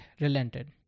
relented